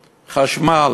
חשמל,